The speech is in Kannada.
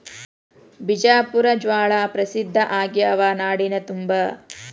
ಬಿಜಾಪುರ ಜ್ವಾಳಾ ಪ್ರಸಿದ್ಧ ಆಗ್ಯಾವ ನಾಡಿನ ತುಂಬಾ